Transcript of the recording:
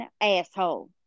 asshole